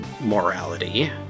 morality